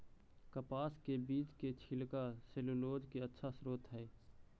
कपास के बीज के छिलका सैलूलोज के अच्छा स्रोत हइ